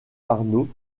arnaud